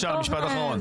בבקשה, משפט אחרון.